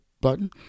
button